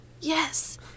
yes